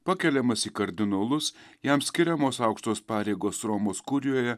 pakeliamas į kardinolus jam skiriamos aukštos pareigos romos kurijoje